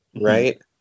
right